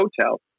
hotel